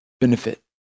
benefit